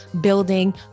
building